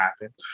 happen